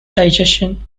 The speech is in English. digestion